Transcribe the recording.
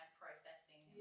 processing